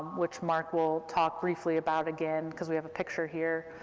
which mark will talk briefly about again, cause we have a picture here.